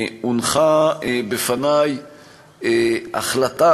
הונחה בפני החלטה,